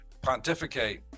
pontificate